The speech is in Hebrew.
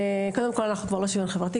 כמו שהבנתם אנחנו כבר לא שוויון חברתי,